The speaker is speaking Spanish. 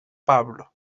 pablo